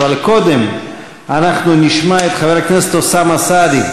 אבל קודם אנחנו נשמע את חבר הכנסת אוסאמה סעדי,